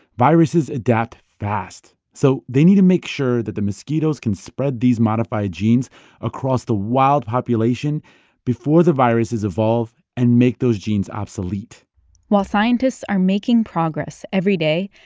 viruses adapt fast, so they need to make sure that the mosquitoes can spread these modified genes across the wild population before the viruses evolve and make those genes obsolete while scientists are making progress every day,